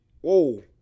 Whoa